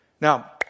Now